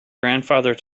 grandfather